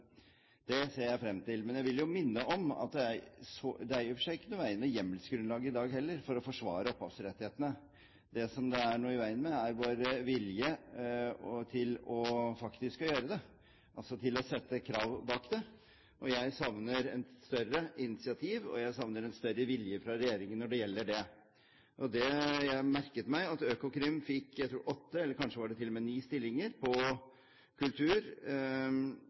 Det ser jeg frem til, men jeg vil minne om at det i og for seg ikke er noe i veien med hjemmelsgrunnlaget for å forsvare opphavsrettighetene i dag heller. Det som det er noe i veien med, er vår vilje til faktisk å gjøre det, altså til å sette krav bak det. Jeg savner et større initiativ og en større vilje fra regjeringen når det gjelder det. Jeg merket meg at Økokrim fikk åtte – eller kanskje det til og med var ni – stillinger på kultur,